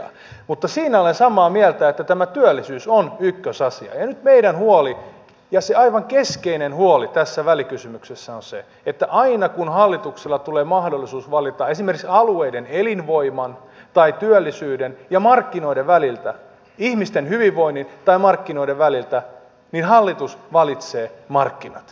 mutta siinä olen samaa mieltä että tämä työllisyys on ykkösasia ja nyt meidän huolemme se aivan keskeinen huolemme tässä välikysymyksessä on se että aina kun hallitukselle tulee mahdollisuus valita esimerkiksi alueiden elinvoiman tai työllisyyden ja markkinoiden väliltä ihmisten hyvinvoinnin tai markkinoinnin väliltä niin hallitus valitsee markkinat